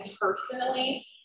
personally